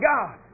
God